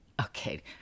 Okay